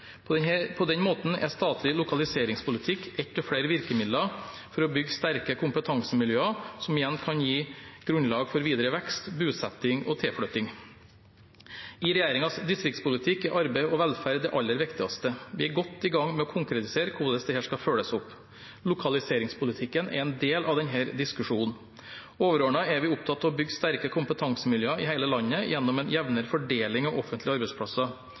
På denne måten er statlig lokaliseringspolitikk ett av flere virkemidler for å bygge sterke kompetansemiljøer som igjen kan gi grunnlag for videre vekst, bosetting og tilflytting. I regjeringens distriktspolitikk er arbeid og velferd det aller viktigste. Vi er godt i gang med å konkretisere hvordan dette skal følges opp. Lokaliseringspolitikken er en del av denne diskusjonen. Overordnet er vi opptatt av å bygge sterke kompetansemiljøer i hele landet gjennom en jevnere fordeling av offentlige arbeidsplasser.